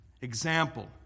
Example